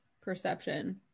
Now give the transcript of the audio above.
perception